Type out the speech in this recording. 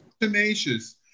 tenacious